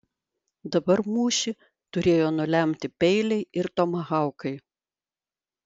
dabar mūšį turėjo nulemti peiliai ir tomahaukai